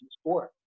sport